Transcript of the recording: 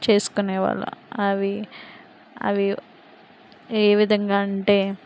చేసుకునే వాళ్ళం అవి అవి ఏ విధంగా అంటే